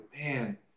man